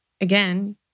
again